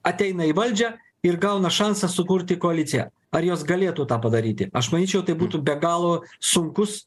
ateina į valdžią ir gauna šansą sukurti koaliciją ar jos galėtų tą padaryti aš manyčiau tai būtų be galo sunkus